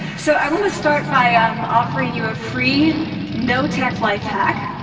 so i want to start by ah um offering you a free no-tech life hack,